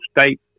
state